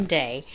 day